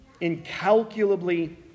incalculably